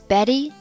Betty